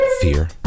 fear